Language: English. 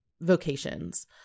vocations